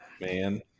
man